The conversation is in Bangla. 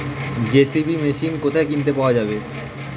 জে.সি.বি মেশিন কোথায় কিনতে পাওয়া যাবে?